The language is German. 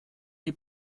die